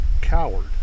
coward